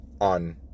on